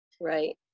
Right